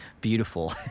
beautiful